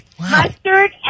Mustard